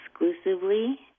exclusively